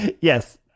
Yes